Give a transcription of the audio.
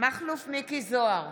מכלוף מיקי זוהר,